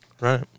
Right